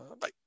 Bye